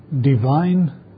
Divine